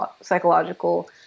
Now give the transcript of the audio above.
psychological